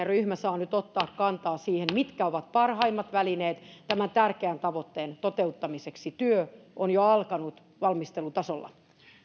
ryhmä saa nyt ottaa kantaa siihen mitkä ovat parhaimmat välineet tämän tärkeän tavoitteen toteuttamiseksi työ on jo alkanut valmistelutasolla